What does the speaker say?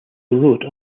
wrote